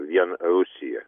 vien rusija